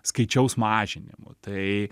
skaičiaus mažinimu tai